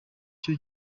cyo